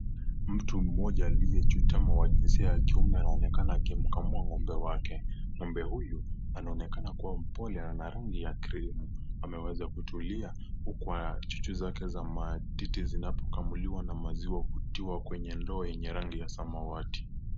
Mtu mmoja aliyechutama wa jinsia ya kiume anaonekana akimkamua ngombe wake, ngombe huyu anaonekan akuwa mpole na ana rangi ya krimu ameweza kutulia huku chuchu zake za matiti zinapokamuliwa na maziwa kutiwa kwenye ndoo ya rangi ya samawati.